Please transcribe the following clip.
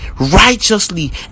righteously